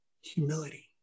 Humility